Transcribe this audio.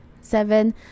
Seven